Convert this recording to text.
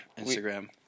Instagram